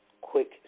quick